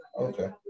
Okay